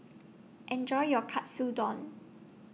Enjoy your Katsudon